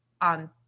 on